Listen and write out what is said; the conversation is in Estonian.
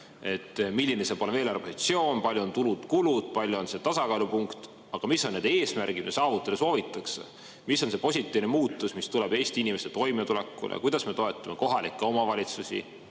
milline on eelarvepositsioon, palju on tulud-kulud, kus on see tasakaalupunkt. Aga mis on need eesmärgid, mida saavutada soovitakse? Mis on see positiivne muutus, mis tuleb Eesti inimeste toimetulekule? Kuidas me toetame kohalikke omavalitsusi?